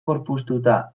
gorpuztuta